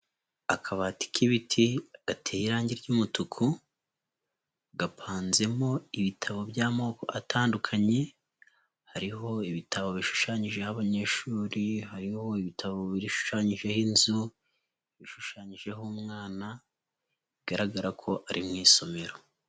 Akabati k'ibiti gateye irangi ry'umutuku, gapanzemo ibitabo by'amoko atandukanye, hariho ibitabo bishushanyijeho abanyeshuri, hariho ibitabo bishushanyijeho inzu, bishushanyijeho umwana; bigaragara ko ari mu isomero.